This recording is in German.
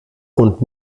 und